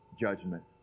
judgment